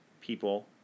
people